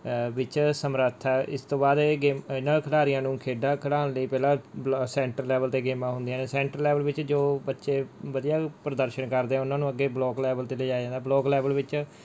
ਵਿੱਚ ਸਮਰੱਥ ਹੈ ਇਸ ਤੋਂ ਬਾਅਦ ਇਹਨਾਂ ਖਿਡਾਰੀਆਂ ਨੂੰ ਖੇਡਾਂ ਖਿਡਾਉਣ ਲਈ ਪਹਿਲਾਂ ਸੈਂਟਰ ਲੈਵਲ 'ਤੇ ਗੇਮਾਂ ਹੁੰਦੀਆਂ ਨੇ ਸੈਂਟਰ ਲੈਵਲ ਵਿੱਚ ਜੋ ਬੱਚੇ ਵਧੀਆ ਪ੍ਰਦਰਸ਼ਨ ਕਰਦੇ ਉਹਨਾਂ ਨੂੰ ਅੱਗੇ ਬਲੋਕ ਲੈਵਲ 'ਤੇ ਲਿਜਾਇਆ ਜਾਂਦਾ ਬਲੋਕ ਲੈਵਲ ਵਿੱਚ